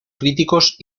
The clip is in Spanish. críticos